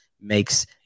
makes